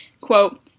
quote